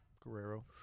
Guerrero